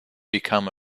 become